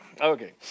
Okay